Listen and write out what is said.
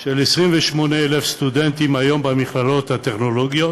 של 28,000 סטודנטים היום במכללות הטכנולוגיות